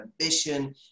ambition